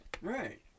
Right